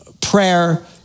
prayer